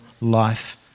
life